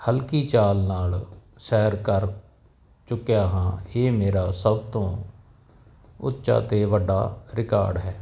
ਹਲਕੀ ਚਾਲ ਨਾਲ ਸੈਰ ਕਰ ਚੁੱਕਿਆ ਹਾਂ ਇਹ ਮੇਰਾ ਸਭ ਤੋਂ ਉੱਚਾ ਅਤੇ ਵੱਡਾ ਰਿਕਾਰਡ ਹੈ